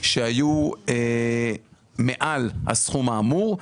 שהיו מתחת לסכום האמור,